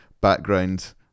background